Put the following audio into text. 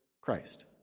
Christ